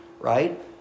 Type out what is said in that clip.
right